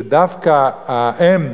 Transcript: שדווקא האם,